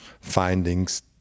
findings